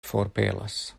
forpelas